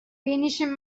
finishing